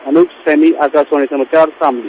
अनुज सैनी आकाशवाणी समाचार शामली